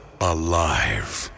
alive